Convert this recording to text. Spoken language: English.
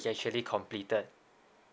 is actually completed